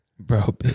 Bro